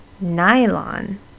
nylon